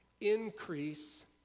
increase